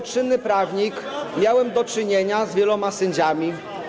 Jako czynny prawnik miałem do czynienia z wieloma sędziami.